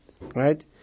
right